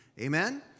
Amen